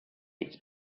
its